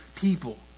people